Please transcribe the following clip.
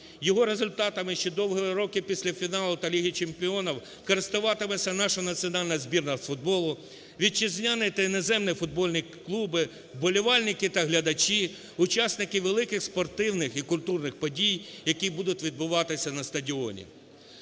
Його результатами ще довгі роки після фіналу Ліги чемпіонів користуватиметься наша національна збірна з футболу, вітчизняні та іноземні футбольні клуби, вболівальники та глядачі, учасники великих спортивних і культурних подій, які будуть відбуватися на стадіоні.